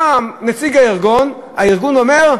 קם נציג הארגון, הארגון אומר,